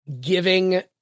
giving